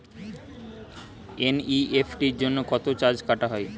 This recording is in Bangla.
এন.ই.এফ.টি জন্য কত চার্জ কাটা হয়?